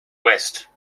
west